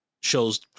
shows